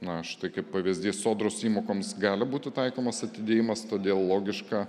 na štai kaip pavyzdis sodros įmokoms gali būti taikomas atidėjimas todėl logiška